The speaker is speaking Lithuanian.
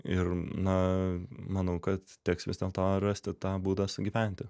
ir na manau kad teks vis dėlto rasti tą būdą sugyventi